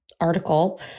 article